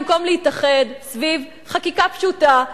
במקום להתאחד סביב חקיקה פשוטה,